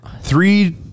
three